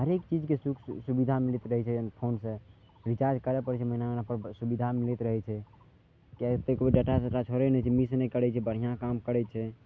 हरेक चीजके सुख सुबिधा मिलैत रहै छै फोन से रिचार्ज करैत रहै पड़ै छै महीना महीनापर सुबिधा मिलैत रहै छै किए एतेक भी डाटा तेटा छोड़ै नहि छियै मिस नहि करै छियै बढ़िआँ काम करै छै